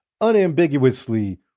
unambiguously